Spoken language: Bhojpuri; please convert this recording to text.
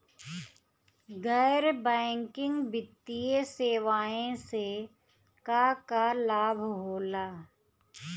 गैर बैंकिंग वित्तीय सेवाएं से का का लाभ होला?